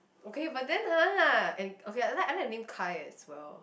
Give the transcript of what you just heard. okay but then !huh! and okay lah I like I like the name kai as well